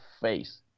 face